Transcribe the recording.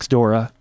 Dora